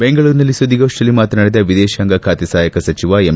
ಬೆಂಗಳೂರಿನಲ್ಲಿ ಸುದ್ಗೋಷ್ನಿಯಲ್ಲಿ ಮಾತನಾಡಿದ ಎದೇಶಾಂಗ ಖಾತೆ ಸಹಾಯಕ ಸಚಿವ ಎಂ